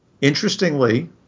Interestingly